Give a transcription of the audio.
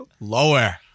lower